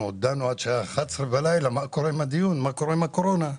דנו בשעה 11:00 בלילה ושאלנו מה קורה עם הדיון ומה קורה עם הקורונה,